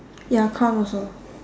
ya crown also